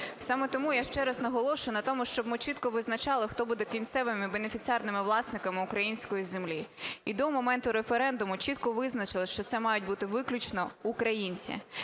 Саме тому я ще раз наголошую на тому, щоб ми чітко визначали, хто буде кінцевими і бенефіціарними власниками українською землі. І до моменту референдуму чітко визначили, що це мають бути виключно українці.